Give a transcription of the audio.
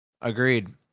agreed